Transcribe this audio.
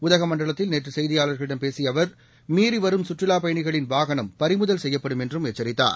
உதகமண்டலத்தில் நேற்று செய்தியாளர்களிடம் பேசிய அவர் மீறிவரும் சுற்றுலாப் பயணிகளின் வாகனம் பறிமுதல் செய்யப்படும் என்றும் எச்சரித்தார்